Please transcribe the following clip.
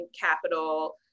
capital